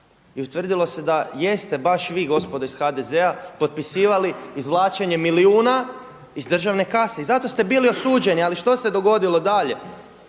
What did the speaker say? i utvrdilo se da jeste baš vi gospodo iz HDZ-a potpisivali izvlačenje milijuna iz državne kase i zato ste bili osuđeni. Ali što se dogodilo dalje?